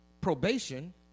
probation